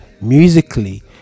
musically